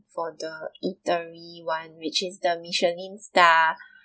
for the eatery one which is the Michelin star